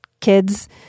kids